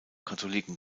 katholiken